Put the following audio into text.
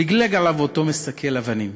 לגלג עליו אותו מסקל אבנים.